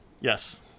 Yes